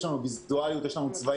יש לנו ויזואליות, יש לנו צבעים.